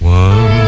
one